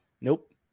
Nope